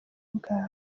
bwawe